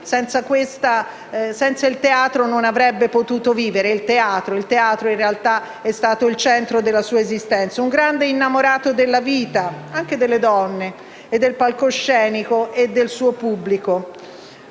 senza il teatro non avrebbe potuto vivere. Il teatro è stato il centro della sua esistenza, di grande innamorato della vita, anche delle donne, del palcoscenico e del suo pubblico.